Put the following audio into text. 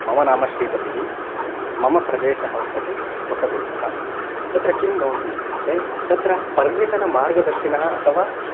मम नाम श्रीपतिः मम प्रदेशः वर्तते होसदुर्गः तत्र किं भवति इत्युक्ते तत्र पर्यटनमार्गदर्शिनः अथवा